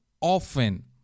often